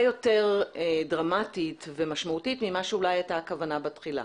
יותר דרמטית ומשמעותית ממה שאולי הייתה הכוונה בתחילה.